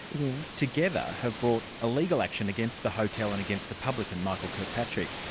yeah together have brought a legal action against the hotel and against the publican, michael kirkpatrick.